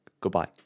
Goodbye